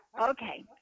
Okay